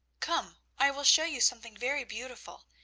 come, i will show you something very beautiful.